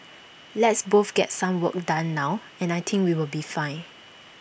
let's both get some work done now and I think we will be fine